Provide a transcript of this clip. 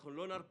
אנחנו לא נרפה,